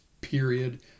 period